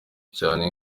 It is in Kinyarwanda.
cyane